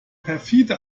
perfide